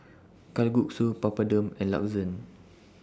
Kalguksu Papadum and Lasagne